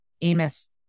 Amos